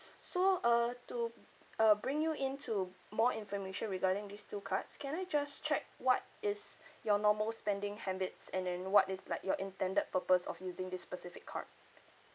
so uh to uh bring you into more information regarding these two cards can I just check what is your normal spending habits and then what is like your intended purpose of using this specific card